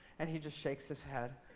and he just shakes his head.